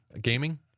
gaming